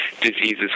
diseases